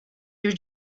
your